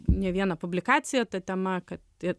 ne vieną publikaciją ta tema kad tai